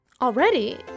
Already